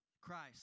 Christ